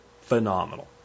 phenomenal